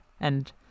and-